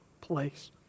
place